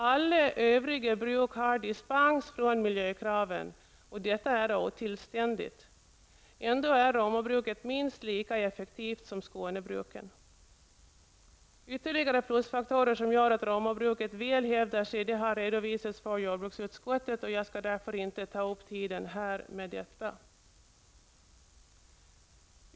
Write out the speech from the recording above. Alla övriga bruk har dispens från miljökraven, och det är otillständigt. Ändå är Romabruket minst lika effektivt som Skånebruken. Ytterligare plusfaktorer som gör att Romabruket väl hävdar sig har redovisats för jordbruksutskottet, och jag skall därför inte ta upp tiden här med detta.